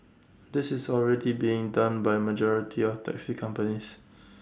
this is already being done by majority of taxi companies